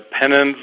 penance